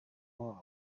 miles